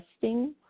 testing